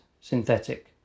synthetic